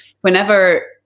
whenever